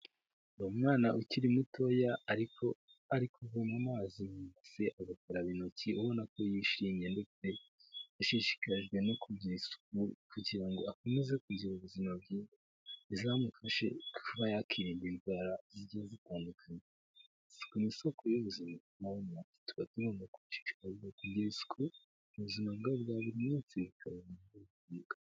Umwana ukiri mutoya ariko arikuvoma amazi mu ibase, agakaraba intoki ubona ko yishimye ndetse yashishikajwe no kugira isuku kugira ngo akomeze kugira ubuzima bwiza izamufashe kuba yakwirinda indwara zigiye zitandukanye. Isuku ni isoko y'ubuzima ituma tugira ubuzima bwiza, dushishikarizwa kuyigira mu buzima bwa buri munsi.